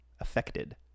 Affected